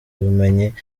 ubumenyi